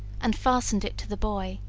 and fastened it to the buoy